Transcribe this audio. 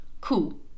Cool